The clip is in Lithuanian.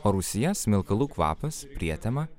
o rūsyje smilkalų kvapas prietema